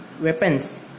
weapons